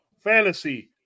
Fantasy